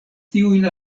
tiujn